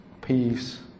peace